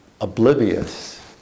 oblivious